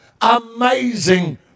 amazing